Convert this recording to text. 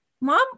mom